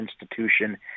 institution